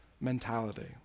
mentality